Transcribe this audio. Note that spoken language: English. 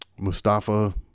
Mustafa